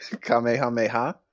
Kamehameha